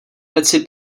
peci